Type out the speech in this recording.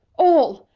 all!